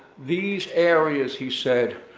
these areas, he said,